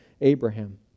Abraham